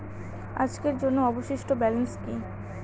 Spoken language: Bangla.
আজকের জন্য অবশিষ্ট ব্যালেন্স কি?